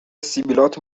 سبیلات